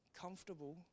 comfortable